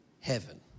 heaven